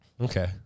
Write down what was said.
Okay